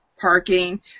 parking